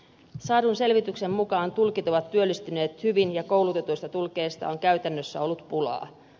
saadun selvityksen mukaan tulkit ovat työllistyneet hyvin ja koulutetuista tulkeista on käytännössä ollut pulaa